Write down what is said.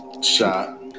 shot